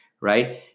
Right